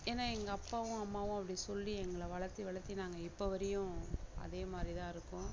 ஏன்னா எங்கள் அப்பாவும் அம்மாவும் அப்படி சொல்லி எங்களை வளர்த்தி வளர்த்தி நாங்கள் இப்போ வரையும் அதே மாதிரி தான் இருக்கோம்